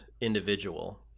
individual